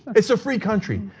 it's a free country.